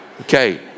okay